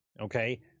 okay